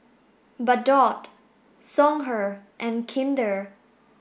Bardot Songhe and Kinder